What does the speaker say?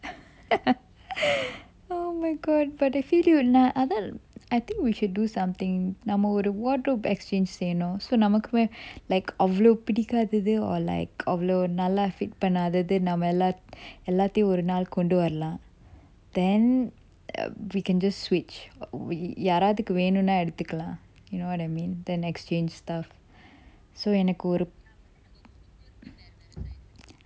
oh my god but if you அதான்:athan I think we should do something நம்ம ஒரு:namma oru wardrobe exchange செய்யணும்:seyyanum so நமக்குமெ:namakkume like அவ்வளவு பிடிக்காதது:avvalavu pidikkathathu or like அவ்வளவு நல்லா:avvalavu nalla fit பண்ணாதது நம்ம எல்லாத்~ எல்லாத்தையும் ஒரு நாள் கொண்டு வரலாம்:pannathathu namma ellath~ ellathayum oru nal kondu varalam then we can just switch we யாராதுக்கும் வேணுனா எடுத்துக்கலாம்:yarathukkum venuna eduthukkalam you know what I mean then exchange stuff so எனக்கு ஒரு:enakku oru